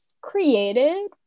created